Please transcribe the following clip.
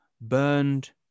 burned